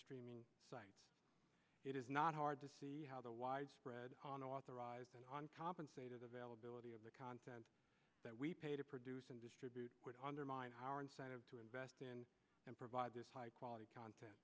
streaming sites it is not hard to see how the wide spread on authorized and on compensated availability of the content that we pay to produce and distribute would undermine our incentive to invest in and provide this high quality content